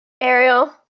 Ariel